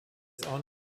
own